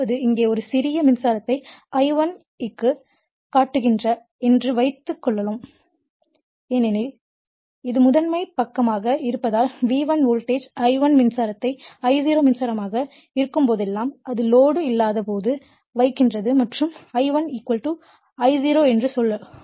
அதாவது இங்கே அது ஒரு சிறிய மின்சாரத்தை I1 ஐக் காட்டுகிறது என்று வைத்துக்கொள்வோம் ஏனெனில் இது முதன்மை பக்கமாக இருப்பதால் V1 வோல்டேஜ் I1 மின்சாரத்தை I0 மின்சாரமாக இருக்கும்போதெல்லாம் அது லோடு இல்லாத போது வைக்கிறது மற்றும் I1 I0 என்று சொல்லுங்கள்